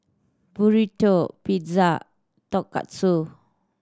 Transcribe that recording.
Burrito Pizza Tonkatsu